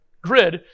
grid